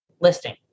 listing